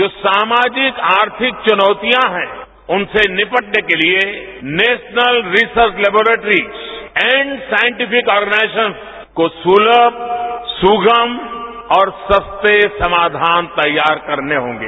जो सामाजिक आर्थिक चुनौतियां हैं उनसे निपटने के लिए national research laboratories and scientific organisation को सुलम सुगम और सस्ते समाधान तैयार करने होंगे